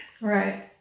Right